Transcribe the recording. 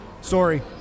sorry